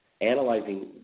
analyzing